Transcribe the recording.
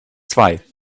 zwei